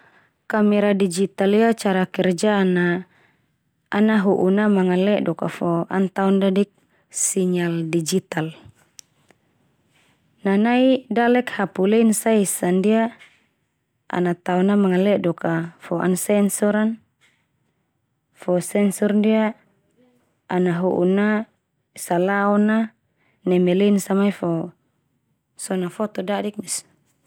Kamera dijital ia cara kerja na ana ho'o na mangaledok a fo an taon dadik sinyal dijital. Na nai dalek hapu lensa esa ndia ana tao na mangaledoak ka, fo an sensor an, fo sensor ndia ana ho'o na salaon na neme lensa mai fo, so na foto dadik ndia so.